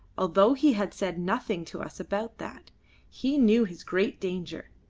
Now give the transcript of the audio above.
although he had said nothing to us about that he knew his great danger.